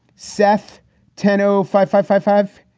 seth tenno five five five five.